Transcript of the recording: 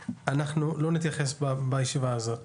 אני שייכת לעמותת ׳בינוי שפוי׳ ונציגה שלהם כאן בדיון.